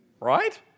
right